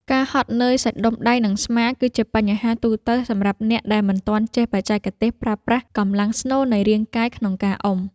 ការហត់នឿយសាច់ដុំដៃ និងស្មា គឺជាបញ្ហាទូទៅសម្រាប់អ្នកដែលមិនទាន់ចេះបច្ចេកទេសប្រើប្រាស់កម្លាំងស្នូលនៃរាងកាយក្នុងការអុំ។